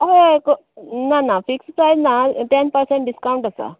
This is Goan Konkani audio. हय ना ना फिक्स प्रायस ना टेन पर्संट डिस्कावन्ट आसा